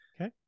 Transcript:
Okay